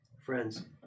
Friends